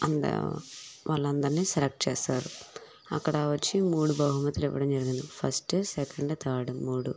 అందా వాళ్ళందరినీ సెలెక్ట్ చేస్తారు అక్కడ వచ్చి మూడు బహుమతులు ఇవ్వడం జరిగింది ఫస్ట్ సెకండ్ థర్డ్ మూడు